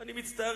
'אני מצטער,